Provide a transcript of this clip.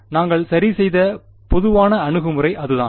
நாங்கள் சரி செய்த பொதுவான அணுகுமுறை அதுதான்